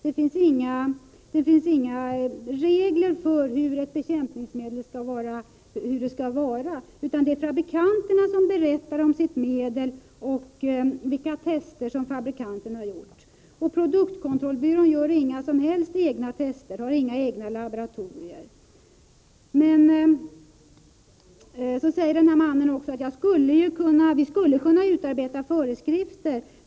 Det finns inga regler för hur ett bekämpningsmedel skall vara. Det är fabrikanten som berättar om sitt medel och vilka tester som fabrikanten har gjort. Produktkontrollbyrån gör inga som helst egna tester och har inga egna laboratorier. Den här mannen säger också: Vi skulle kunna utarbeta föreskrifter.